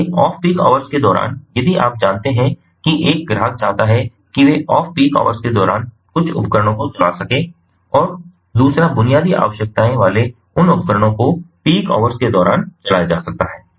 इसलिए off peak hours के दौरान यदि आप जानते हैं कि एक ग्राहक चाहता है कि वे ऑफ पीक आवर्स के दौरान कुछ उपकरणों को चला सकें और दूसरा बुनियादी आवश्यकताएं वाले उन उपकरणों को पीक आवर्स के दौरान चलाया जा सकता है